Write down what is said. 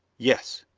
yes.